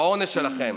והעונש שלכם